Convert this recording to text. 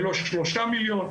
ולא שלושה מיליון.